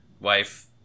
wife